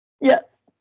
Yes